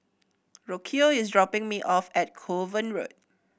Rocio is dropping me off at Kovan Road